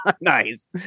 nice